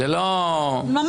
--- ואת לא מרשימה אותנו.